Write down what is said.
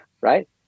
Right